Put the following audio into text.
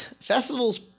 festivals